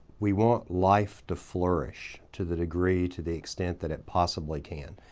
we want life to flourish to the degree to the extent that it possibly can.